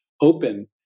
open